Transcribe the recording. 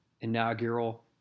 inaugural